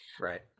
Right